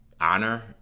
honor